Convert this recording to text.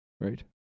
right